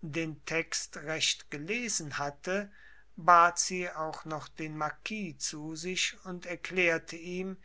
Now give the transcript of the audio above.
den text recht gelesen hatte bat sie auch noch den marquis zu sich und erklärte ihm